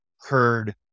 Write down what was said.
heard